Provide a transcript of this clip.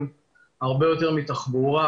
הרבה יותר מתחבורה,